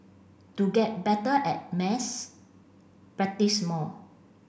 to get better at maths practise more